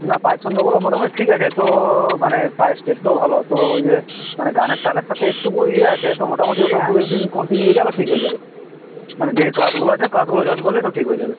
না পায়ের ছন্দগুলো মোটামুটি ঠিক আছে তো মানে পায়ে স্টেপটাও ভালো তো ওই যে মানে গানের তালের সাথে একটুকু ইয়ে আছে তো মোটামুটি ওইটা দু এক দিন কন্টিনিউ এলে আবার ঠিক হয়ে যাবে মানে যে ক্লাসগুলো আছে ক্লাসগুলো জয়েন করলে সব ঠিক হয়ে যাবে